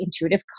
intuitive